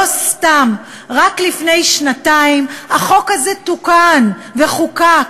לא סתם רק לפני שנתיים החוק הזה תוקן וחוקק.